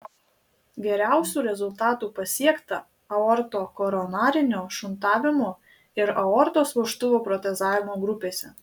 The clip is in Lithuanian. geriausių rezultatų pasiekta aortokoronarinio šuntavimo ir aortos vožtuvo protezavimo grupėse